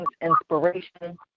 inspiration